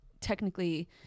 technically